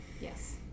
Yes